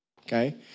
okay